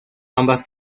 ambas